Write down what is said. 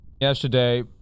Yesterday